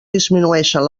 disminueixen